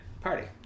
Party